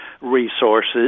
resources